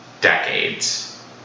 decades